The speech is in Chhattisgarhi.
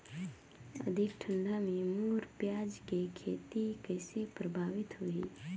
अधिक ठंडा मे मोर पियाज के खेती कइसे प्रभावित होही?